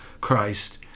Christ